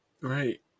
Right